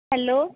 hello